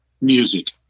Music